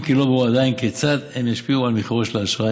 אם כי עדיין לא ברור כיצד הם ישפיעו על מחירו של האשראי.